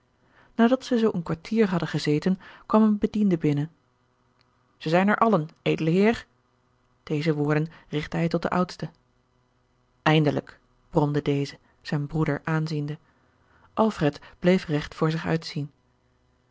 nadat zij zoo een kwartier hadden gezeten kwam een bediende binnen zij zijn er allen edele heer deze woorden rigtte hij tot den oudste eindelijk bromde deze zijn broeder aanziende alfred bleef regt voor zich uitzien